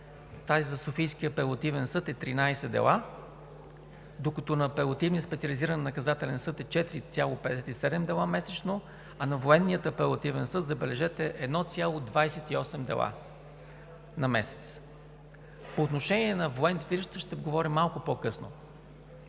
даже за Софийския апелативен съд е 13 дела, докато на Апелативния специализиран наказателен съд е 4,57 дела месечно, а на Военния апелативен съд е, забележете, 1,28 дела на месец. По отношение на военните съдилища ще говоря малко по-късно.